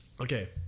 Okay